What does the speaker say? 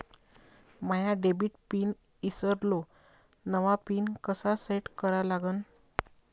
माया debit pin ईसरलो, नवा pin कसा सेट करा लागन?